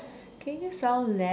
can you sound less